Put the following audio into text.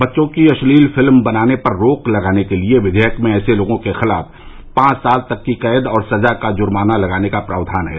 बच्चों की अश्लील फिल्म बनाने पर रोक लगाने के लिए विवेयक में ऐसे लोगों के खिलाफ पांच साल तक की कैद की सजा और जुर्माना लगाने का प्रावधान किया गया है